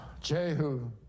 Jehu